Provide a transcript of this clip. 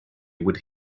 would